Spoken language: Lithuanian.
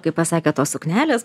kai pasakė tos suknelės